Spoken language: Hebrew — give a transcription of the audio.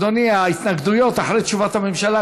היי, אדוני, ההתנגדויות אחרי תשובת הממשלה.